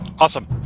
Awesome